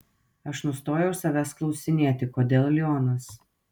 aš nustojau savęs klausinėti kodėl lionas